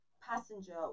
passenger